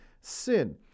sin